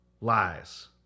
lies